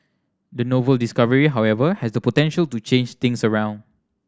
the novel discovery however has the potential to change things around